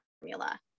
formula